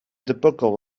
debygol